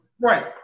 Right